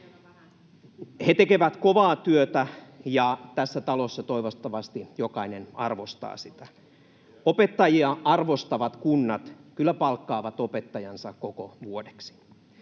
He tekevät kovaa työtä, ja tässä talossa toivottavasti jokainen arvostaa sitä. Opettajia arvostavat kunnat kyllä palkkaavat opettajansa koko vuodeksi.